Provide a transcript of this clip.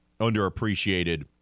underappreciated